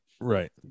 right